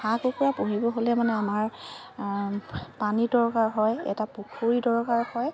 হাঁহ কুকুৰা পুহিব হ'লে মানে আমাৰ পানী দৰকাৰ হয় এটা পুখুৰী দৰকাৰ হয়